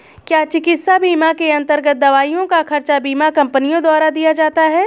क्या चिकित्सा बीमा के अन्तर्गत दवाइयों का खर्च बीमा कंपनियों द्वारा दिया जाता है?